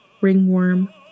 ringworm